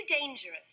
dangerous